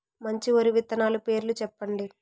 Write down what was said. మంచి వరి విత్తనాలు పేర్లు చెప్పండి?